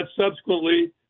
subsequently